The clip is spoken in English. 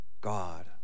God